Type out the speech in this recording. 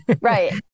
right